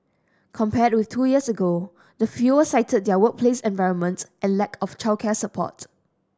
compared with two years ago the fewer cited their workplace environment and lack of childcare support